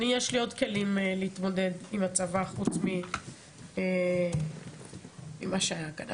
יש לי עוד כלים להתמודד עם הצבא חוץ ממה שהיה כאן.